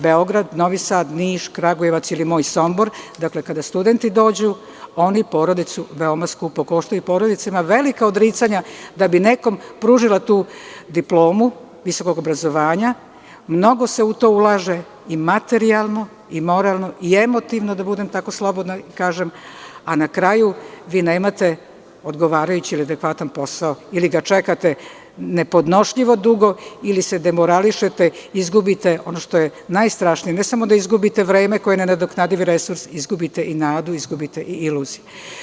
Beograd, Novi Sad, Niš, Kragujevac ili moj Sombor, kada studenti dođu oni porodicu veoma skupo koštaju i porodica ima velika odricanja da bi nekome pružila tu diplomu visokog obrazovanja, jer mnogo se u to ulaže i materijalno i moralno i emotivno, da budem slobodna da kažem, a vi na kraju nemate odgovarajući i adekvatan posao ili ga čekate nepodnošljivo dugo ili se demorališete, izgubite ono što je najstrašnije, ne samo da izgubite vreme koje je nenadoknadivo, izgubite i nadu i iluzije.